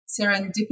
serendipity